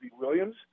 Williams